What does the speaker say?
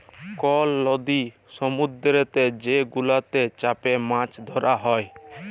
call লদি সমুদ্দুরেতে যে গুলাতে চ্যাপে মাছ ধ্যরা হ্যয়